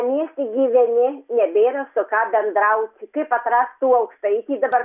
mieste gyveni nebėra su ką bendrauti kaip atrast aukštaitį dabar